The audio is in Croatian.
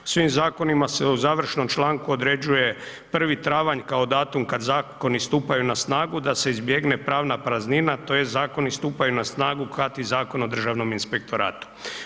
U svim zakonima se u završnom članku određuje 1. travanj kada zakoni stupaju na snagu da se izbjegne pravna praznina, tj. zakoni stupaju na snagu kad i Zakon o Državnom inspektoratu.